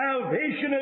Salvation